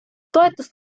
toetust